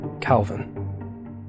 calvin